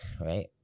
Right